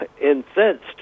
incensed